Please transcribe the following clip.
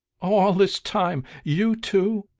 all this time, you too?